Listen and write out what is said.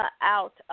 out